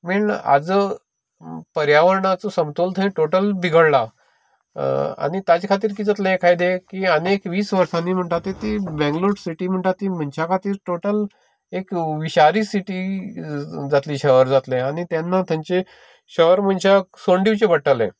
main आज पर्यावरणाचो समतोल थंय टोटल बिगडला आनी ताजे खातीर कितें जातलें एखादें आनीक एक वीस वर्सांनी म्हणटा ती बेंगलोर सिटी म्हणटा ती मनशा खातीर टोटल एक विशारी सिटी जातली शहर जातलें आनी तेन्ना तेंचें शहर मनशाक फंड दिवचे पडटले